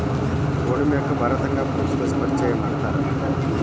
ಗೋಡಂಬಿಯನ್ನಾ ಭಾರತಕ್ಕ ಪೋರ್ಚುಗೇಸರು ಪರಿಚಯ ಮಾಡ್ಸತಾರ